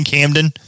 Camden